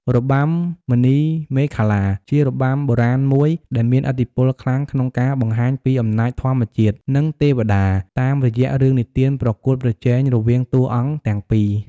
របាំមណីមេខលា ជារបាំបុរាណមួយដែលមានឥទ្ធិពលខ្លាំងក្នុងការបង្ហាញពីអំណាចធម្មជាតិ និងទេវតា តាមរយៈរឿងនិទានប្រកួតប្រជែងរវាងតួអង្គទាំងពីរ។